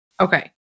Okay